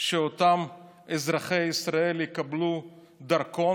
שאותם אזרחי ישראל יקבלו דרכון,